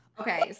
Okay